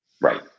right